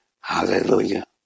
Hallelujah